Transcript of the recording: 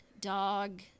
dog